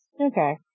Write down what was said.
Okay